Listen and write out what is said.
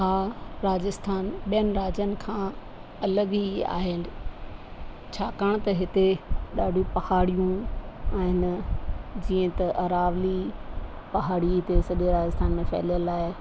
हा राजस्थान ॿियनि राज्यनि खां अलॻि ई आहिनि छाकाणि त हिते ॾाढियूं पहाड़ियूं आहिनि जीअं त अरावली पहाड़ी ते सॼे राजस्थान में फैलियलु आहे